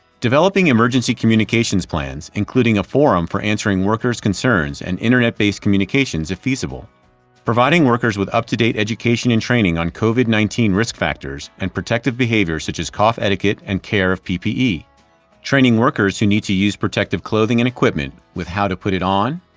developing emergency communications plans, including a forum for answering workers' concerns and internet based communications, if feasible providing workers with up to date education and training on covid nineteen risk factors and protective behaviors such as cough etiquette and care of ppe training workers who need to use protective clothing and equipment with how to put it on,